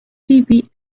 فیبی